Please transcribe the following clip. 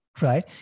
right